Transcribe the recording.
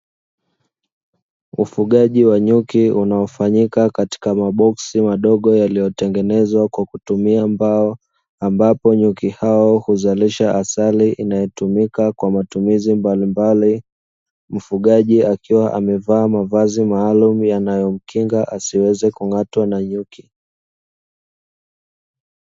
Ufugaji wa nyuki unaofanyika katika maboksi madogo yaliyotengenezwa kwa kutumia mbao, ambapo nyuki hao huzalisha asali inayotumika kwa matumizi mbalimbali. Mfugaji akiwa amevaa mavazi maalumu yanayomkinga asiweze kung'atwa na nyuki.